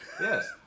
Yes